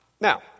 Now